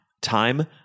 time